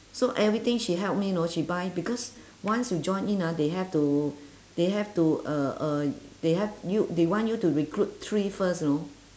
so everything she help me you know she buy because once you joined in ah they have to they have to uh uh they have you they want you to recruit three first you know